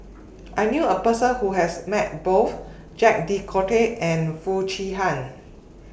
I knew A Person Who has Met Both Jacques De Coutre and Foo Chee Han